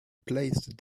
placed